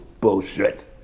Bullshit